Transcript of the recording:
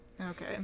okay